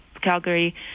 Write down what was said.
Calgary